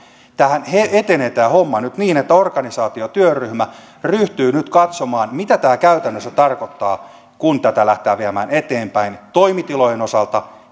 tämä hommahan etenee nyt niin että organisaatiotyöryhmä ryhtyy nyt katsomaan mitä tämä käytännössä tarkoittaa kun tätä lähdetään viemään eteenpäin toimitilojen osalta